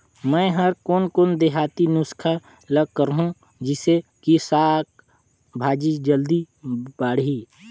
मै हर कोन कोन देहाती नुस्खा ल करहूं? जिसे कि साक भाजी जल्दी बाड़ही?